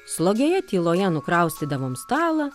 slogioje tyloje nukraustydavom stalą